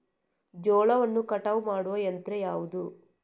ಜೋಳವನ್ನು ಕಟಾವು ಮಾಡುವ ಯಂತ್ರ ಯಾವುದು?